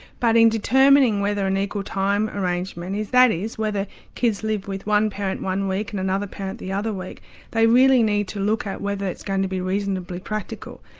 but in determining whether an equal time arrangement that is, whether kids live with one parent one week and another parent the other week they really need to look at whether it's going to be reasonably practicable.